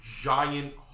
giant